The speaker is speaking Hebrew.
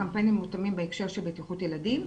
הקמפיינים מותאמים בהקשר של בטיחות ילדים.